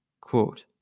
Quote